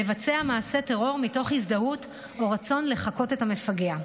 לבצע מעשי טרור מתוך הזדהות או רצון לחקות את המפגע.